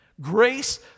Grace